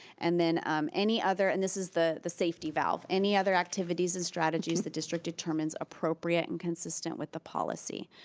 and then um any other and this is the the safety valve, any other activities and strategies the district determines appropriate and consistent with the policy.